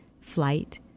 flight